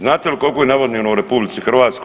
Znate li koliko je navodnjeno u RH?